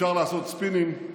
אפשר לעשות ספינים,